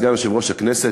סגן יושב-ראש הכנסת,